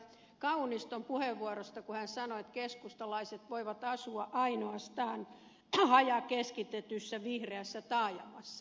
kauniston puheenvuorosta kun hän sanoi että keskustalaiset voivat asua ainoastaan hajakeskitetyssä vihreässä taajamassa